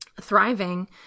thriving